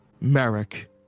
Merrick